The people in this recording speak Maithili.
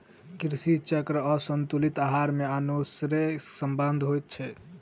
कृषि चक्र आसंतुलित आहार मे अन्योनाश्रय संबंध होइत छै